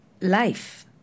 life